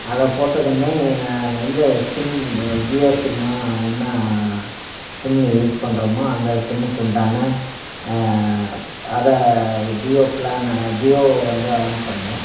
அதைப் போட்டதுமே எந்த சிம் ஜியோ சிம்மா என்ன சிம்மு யூஸ் பண்ணுறமோ அந்த சிம்முக்குண்டான அதை ஜியோ ப்ளானை ஜியோ வந்து ஆன் பண்ணணும்